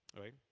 Right